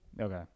Okay